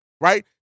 right